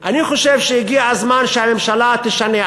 חושב שהגיע הזמן שהממשלה תשנה.